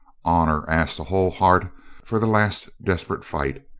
honor asked a whole heart for the last desperate fight.